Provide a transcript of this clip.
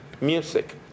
music